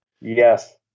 yes